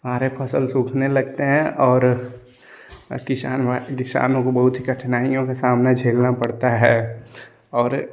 हमारी फ़सल सूखने लगती है और किसान हमारे किसानों को बहुत ही कठिनाइयों का सामना झेलना पड़ता है और